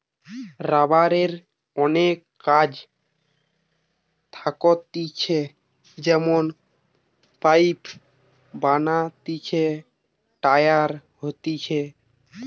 রাবারের অনেক কাজ থাকতিছে যেমন পাইপ বানাতিছে, টায়ার হতিছে